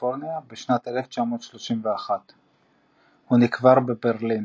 שבקליפורניה בשנת 1931. הוא נקבר בברלין.